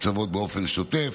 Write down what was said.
מתוקצבות באופן שוטף,